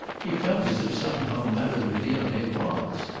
he felt as if somehow madame de vionnet was.